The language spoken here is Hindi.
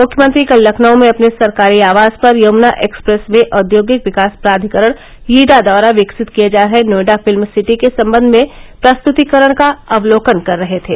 मुख्यमंत्री कल लखनऊ में अपने सरकारी आवास पर यमुना एक्सप्रेस वे औद्योगिक विकास प्राधिकरण यीडा द्वारा विकसित किए जा रहे नोएडा फिल्म सिटी के सम्बंध में प्रस्तुतिकरण का अवलोकन कर रहे थे